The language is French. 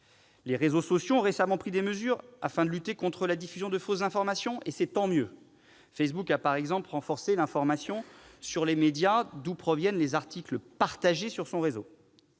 Les réseaux sociaux ont récemment pris des mesures afin de lutter contre la diffusion de fausses informations, et c'est tant mieux ! Facebook a, par exemple, renforcé l'information sur les médias d'où proviennent les articles partagés sur son réseau.